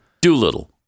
Doolittle